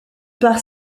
part